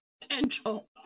potential